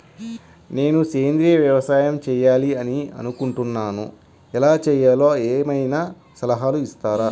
నేను సేంద్రియ వ్యవసాయం చేయాలి అని అనుకుంటున్నాను, ఎలా చేయాలో ఏమయినా సలహాలు ఇస్తారా?